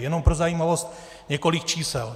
Jenom pro zajímavost několik čísel.